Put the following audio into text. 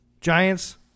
Giants